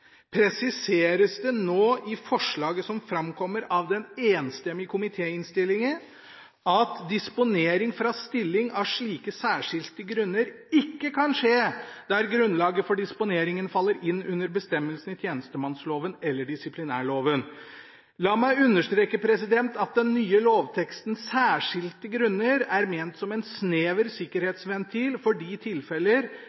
presiseres det nå i forslaget, slik det framkommer av den enstemmige komitéinnstillingen: «Disponering fra stilling av slike særskilte grunner kan ikke skje hvor grunnlaget for disponeringen faller inn under bestemmelsen i tjenestemannsloven eller lov 20. mai 1988 om militær disiplinærmyndighet». La meg understreke at i den nye lovteksten er «særskilte grunner» «ment som en snever